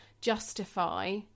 justify